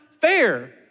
fair